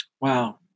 Wow